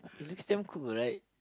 the lips damn cool right